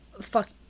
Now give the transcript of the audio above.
Fuck